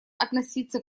относиться